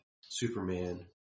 Superman